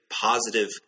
positive